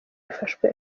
yafashwe